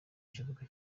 kibuga